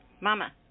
Mama